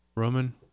Roman